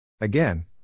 Again